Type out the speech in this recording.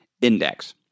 index